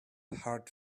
hard